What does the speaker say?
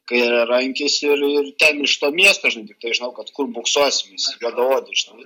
kairiarankis ir ir ten iš to miesto žinai tiktai žinau kad kur boksuosimes juodaodis žinau